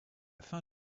fin